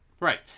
Right